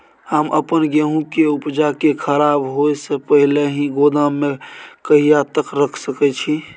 हम अपन गेहूं के उपजा के खराब होय से पहिले ही गोदाम में कहिया तक रख सके छी?